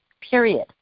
period